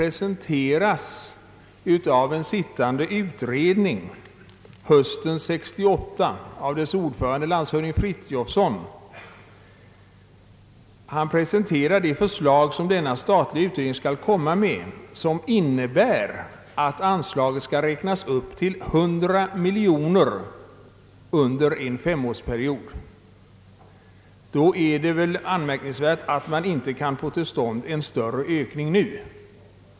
Eftersom landshövding Frithiofson hösten 1968 presenterade det förslag som den statliga utredningen skall komma med, vilket innebär att anslaget räknas upp till 100 miljoner kronor under en femårsperiod, är det anmärkningsvärt att man inte kan få till stånd en större ökning nu.